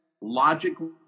logically